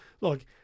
look